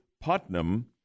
Putnam